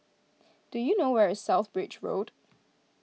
do you know where is South Bridge Road